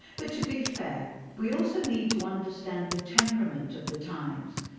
but to be fair, we also need to understand the temperament of the times,